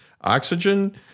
Oxygen